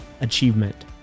achievement